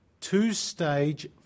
two-stage